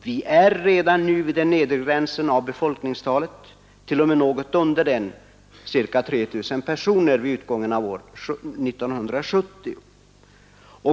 Vi är redan nu vid den nedre gränsen för befolkningstalet, t.o.m. något under den, med ca 3 000 personer vid utgången av år 1970.